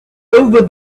over